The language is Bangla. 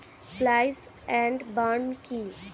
স্লাস এন্ড বার্ন কি?